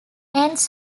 ends